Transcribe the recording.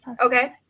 okay